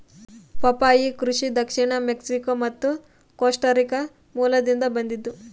ಪಪ್ಪಾಯಿ ಕೃಷಿ ದಕ್ಷಿಣ ಮೆಕ್ಸಿಕೋ ಮತ್ತು ಕೋಸ್ಟಾರಿಕಾ ಮೂಲದಿಂದ ಬಂದದ್ದು